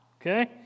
okay